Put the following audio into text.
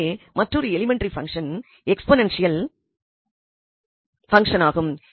எனவே மற்றொரு elementary function exponential பங்சனாகும்